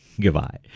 Goodbye